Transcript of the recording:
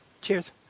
Cheers